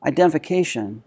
Identification